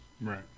right